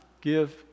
give